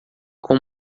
com